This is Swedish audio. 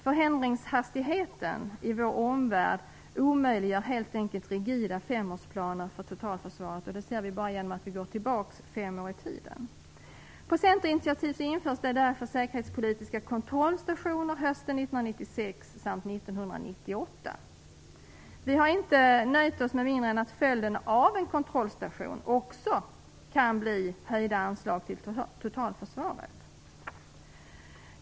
Förändringshastigheten i vår omvärld omöjliggör helt enkelt rigida femårsplaner för totalförsvaret. Det ser vi bara genom att gå tillbaka fem år i tiden. På centerinitiativ införs därför säkerhetspolitiska kontrollstationer hösten 1996 samt 1998. Vi har inte nöjt oss med mindre än att följden av en kontrollstation också kan bli höjda anslag till totalförsvaret.